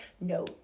no